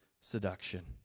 seduction